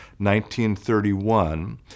1931